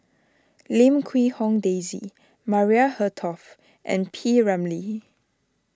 Lim Quee Hong Daisy Maria Hertogh and P Ramlee